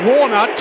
Warner